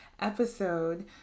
episode